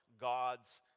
God's